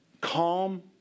Calm